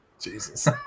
Jesus